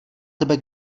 tebe